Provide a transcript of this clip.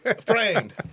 Framed